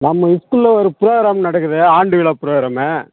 நம்ம ஸ்கூல்ல ஒரு ப்ரோக்ராம் நடக்குது ஆண்டு விழா ப்ரோக்ராமு